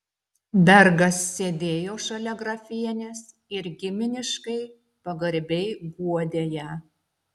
bergas sėdėjo šalia grafienės ir giminiškai pagarbiai guodė ją